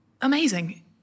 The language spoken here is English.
amazing